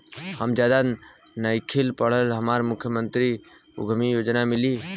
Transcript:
हम ज्यादा नइखिल पढ़ल हमरा मुख्यमंत्री उद्यमी योजना मिली?